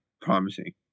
promising